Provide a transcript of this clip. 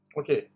Okay